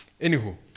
Anywho